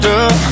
up